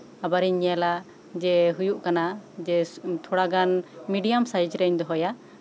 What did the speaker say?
ᱟᱵᱟᱨᱤᱧ ᱧᱮᱞᱟ ᱡᱮ ᱦᱳᱭᱳᱜ ᱠᱟᱱᱟ ᱡᱮ ᱛᱷᱚᱲᱟ ᱜᱟᱱ ᱢᱤᱰᱤᱭᱟᱢ ᱥᱟᱭᱤᱡᱽ ᱨᱤᱧ ᱫᱚᱦᱚᱭᱟ